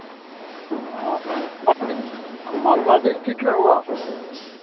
ᱢᱟᱞᱫᱟ district ᱨᱮ ᱚᱲᱟᱜ